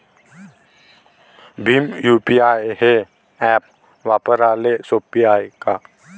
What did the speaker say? Bhim UPI हे app वापराले सोपे हाय का?